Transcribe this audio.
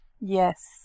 yes